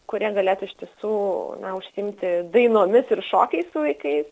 kurie galėtų iš tiesų na užsiimti dainomis ir šokiais su vaikais